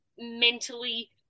mentally